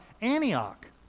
Antioch